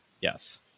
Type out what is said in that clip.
yes